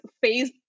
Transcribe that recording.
phase